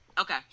Okay